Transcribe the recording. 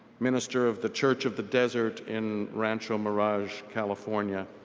minister of the church of the desert in rancho mirage, california.